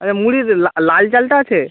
আচ্ছা মুড়ির লাল চালটা আছে